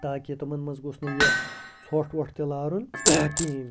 تاکہِ تِمَن مَنٛز گوٚژھ نہٕ یہِ ژھۄٹھ وۄتھ تہِ لارُن کِہیٖنۍ